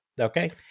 Okay